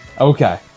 okay